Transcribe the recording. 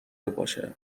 باشه